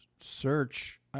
search